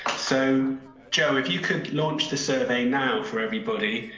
so joe, if you could launch the survey now for everybody,